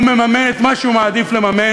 הוא מממן את מה שהוא מעדיף לממן,